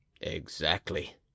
Exactly